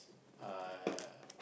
uh